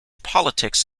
politics